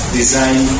design